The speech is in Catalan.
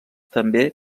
també